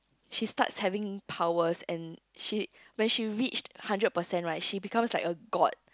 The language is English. she starts having powers and she when she reached hundred percent right she becomes like a god